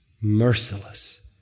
merciless